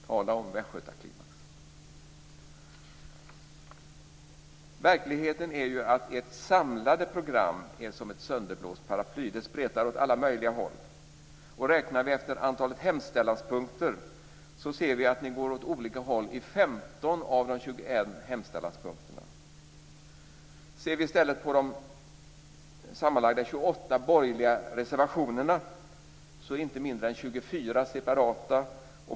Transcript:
Tala om västgötaklimax! Verkligheten är ju att ert samlade program är som ett sönderblåst paraply. Det spretar åt alla möjliga håll. Räknar vi antalet hemställanspunkter ser vi att ni går åt olika håll i 15 av de 21 hemställanspunkterna. Tar vi i stället de sammanlagt 28 borgerliga reservationerna kan vi se att inte mindre än 24 är separata.